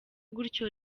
gutyo